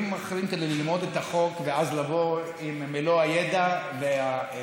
אחרים כדי ללמוד את החוק ואז לבוא עם מלוא הידע והמידע,